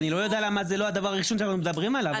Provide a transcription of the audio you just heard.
אני לא יודע למה זה לא הדבר הראשון שאנחנו מדברים עליו.